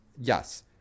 Yes